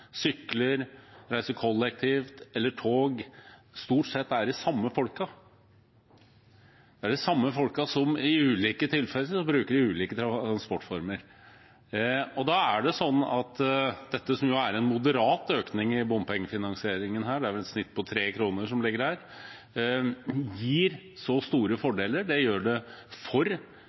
sykler, reiser kollektivt eller med tog, stort sett er de samme folkene. Det er de samme folkene som i ulike tilfeller bruker ulike transportformer. Da gir denne moderate økningen i bompengefinansieringen – det er vel et snitt på 3 kr som foreligger her – så store fordeler. Det gir fordeler for